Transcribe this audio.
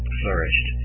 flourished